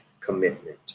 commitment